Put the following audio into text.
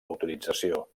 autorització